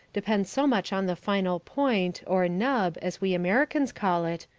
depend so much on the final point, or nub, as we americans call it,